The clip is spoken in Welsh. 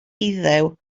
iddew